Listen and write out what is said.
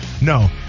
No